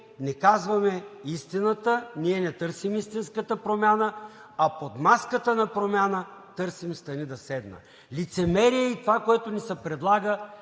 не казваме истината, ние не търсим истинската промяна, а под маската на промяната търсим стани да седна. Лицемерие е и това, което ни се предлага